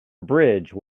bridge